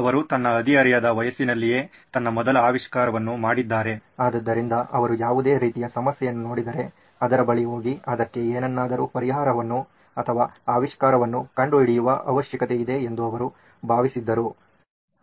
ಅವರು ತನ್ನ ಹದಿಹರೆಯದ ವಯಸ್ಸಿನಲ್ಲಿದ್ದಾಗಲೇ ತನ್ನ ಮೊದಲ ಆವಿಷ್ಕಾರವನ್ನು ಮಾಡಿದ್ದಾರೆ ಆದ್ದರಿಂದ ಅವರು ಯಾವುದೇ ರೀತಿಯ ಸಮಸ್ಯೆಯನ್ನು ನೋಡಿದರೆ ಅದರ ಬಳಿ ಹೋಗಿ ಅದಕ್ಕೆ ಏನನ್ನಾದರೂ ಪರಿಹಾರವನ್ನು ಆವಿಷ್ಕರವನ್ನು ಕಂಡು ಹಿಡಿಯುವ ಅವಶ್ಯಕತೆಯಿದೆ ಎಂದು ಅವರು ಭಾವಿಸಿದ್ದರು